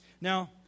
Now